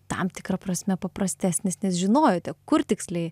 tam tikra prasme paprastesnis nes žinojote kur tiksliai